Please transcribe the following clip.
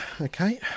okay